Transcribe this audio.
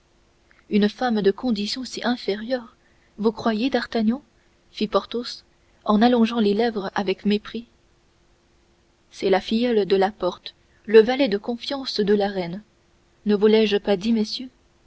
une femme de condition si inférieure vous croyez d'artagnan fit porthos en allongeant les lèvres avec mépris c'est la filleule de la porte le valet de confiance de la reine ne vous l'ai-je pas dit messieurs